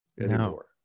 anymore